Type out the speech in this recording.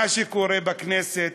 מה שקורה בכנסת